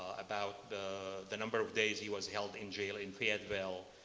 about the the number of days he was held in jail in fayetteville,